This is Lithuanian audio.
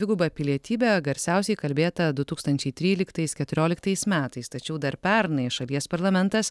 dvigubą pilietybę garsiausiai kalbėta du tūkstančiai tryliktais keturioliktais metais tačiau dar pernai šalies parlamentas